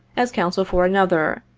as counsel for another,